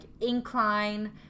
incline